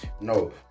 No